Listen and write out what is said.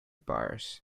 bars